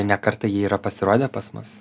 ne kartą jie yra pasirodę pas mus